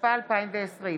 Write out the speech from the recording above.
התשפ"א 2020,